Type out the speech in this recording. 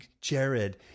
Jared